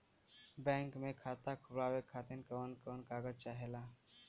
Bank मे खाता खोलवावे खातिर कवन कवन कागज चाहेला?